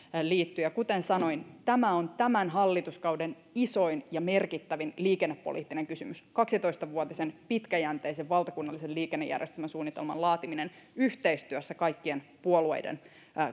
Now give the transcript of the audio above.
liittyy kuten sanoin tämä on tämän hallituskauden isoin ja merkittävin liikennepoliittinen kysymys kaksitoista vuotisen pitkäjänteisen valtakunnallisen liikennejärjestelmäsuunnitelman laatiminen yhteistyössä kaikkien puolueiden